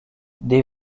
des